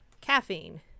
caffeine